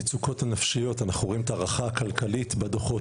המצוקות הנפשיות אנחנו רואים את ההערכה הכלכלית בדו"חות,